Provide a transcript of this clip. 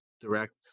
direct